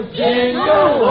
jingle